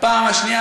ודבר שני,